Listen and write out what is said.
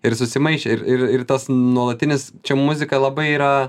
ir susimaišė ir ir ir tas nuolatinis čia muzika labai yra